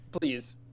Please